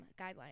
guidelines